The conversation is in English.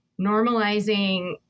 normalizing